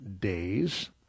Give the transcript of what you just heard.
days